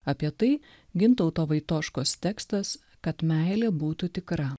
apie tai gintauto vaitoškos tekstas kad meilė būtų tikra